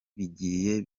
bigiye